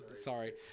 Sorry